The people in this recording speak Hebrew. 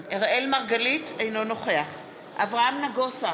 אינו נוכח אברהם נגוסה,